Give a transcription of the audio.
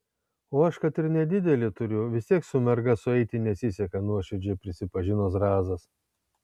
o aš kad ir nedidelį turiu vis tiek su merga sueiti nesiseka nuoširdžiai prisipažino zrazas